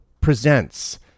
presents